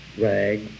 Rag